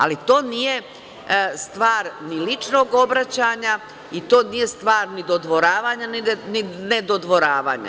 Ali, to nije stvar ni ličnog obraćanja i to nije stvar ni dodvoravanja ni nedodvoravanja.